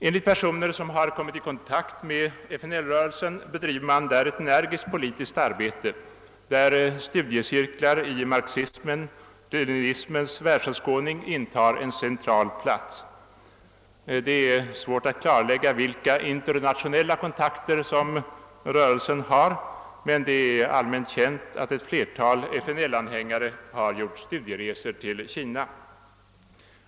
Enligt personer som kommit i kontakt med FNL-rörelsen bedriver denna ett energiskt politiskt arbete, där studiecirklar i marxismens-leninismens världsåskådning intar en central plats. Det är svårt att klarlägga vilka internationella kontakter FNL-rörelsen har, men det är allmänt känt att ett flertal FNL-anhängare gjort studieresor till Kina.